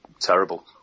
terrible